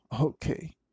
Okay